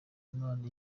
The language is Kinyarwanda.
impano